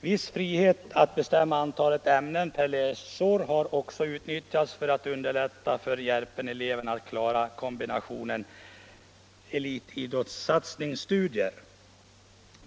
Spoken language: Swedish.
Viss frihet att bestämma antalet ämnen per läsår har också utnyttjats för att underlätta för Järpeneleverna att klara kombinationen elitidrottssatsning studier.